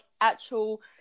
actual